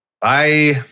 Bye